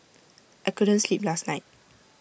I couldn't sleep last night